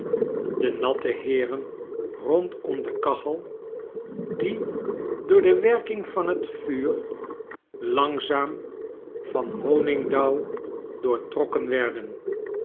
de natte heeren rondom de kachel die door de werking van t vuur langzaam vanhonigdauw doortrokken werden